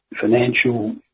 financial